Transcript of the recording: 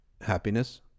happiness